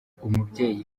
umubyeyi